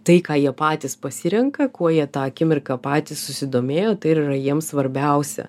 tai ką jie patys pasirenka kuo jie tą akimirką patys susidomėjo tai ir yra jiems svarbiausia